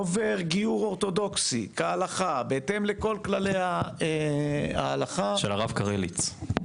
עובר גיור אורתודוקסי כהלכה בהתאם לכל כללי ההלכה --- של הרב קרליץ.